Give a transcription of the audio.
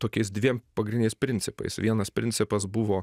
tokiais dviem pagrindiniais principais vienas principas buvo